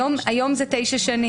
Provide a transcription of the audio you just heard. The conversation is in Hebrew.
היום אלה תשע שנים.